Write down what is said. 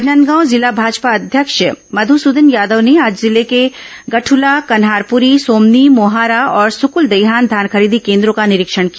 राजनांदगांव जिला भाजपा अध्यक्ष मधुसूदन यादव ने आज जिले के गठुला कन्हारपुरी सोमनी मोहारा और सुकुलदैहान धान खरीदी केन्द्रों का निरीक्षण किया